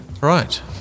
Right